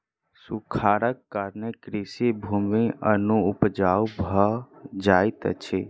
सूखाड़क कारणेँ कृषि भूमि अनुपजाऊ भ जाइत अछि